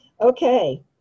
Okay